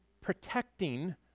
protecting